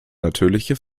natürliche